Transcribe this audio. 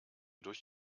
durch